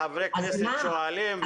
חברי הכנסת שואלים.